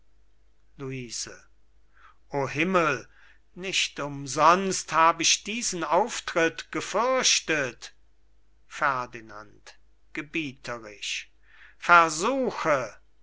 luise o himmel nicht umsonst hab ich diesen auftritt gefürchtet ferdinand gebieterisch versuche